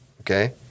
okay